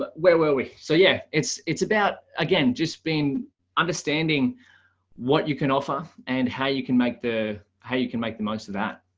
but where were we? so yeah, it's it's about again, just been understanding what you can offer and how you can make the how you can make the most of that.